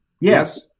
Yes